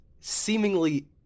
seemingly